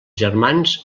germans